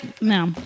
no